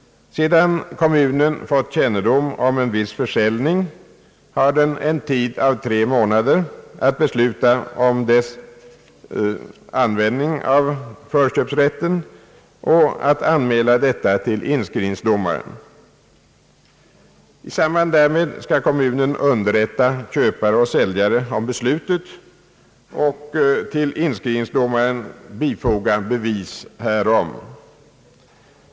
Sedan kommunen fått kännedom om en viss försäljning, har den tre månader på sig att besluta om utövande av förköpsrätten och att anmäåäla detta beslut till inskrivningsdomaren, I samband därmed skall kommunen underrätta köpare och säljare om beslutet och till inskrivningsdomaren lämna bevis härom.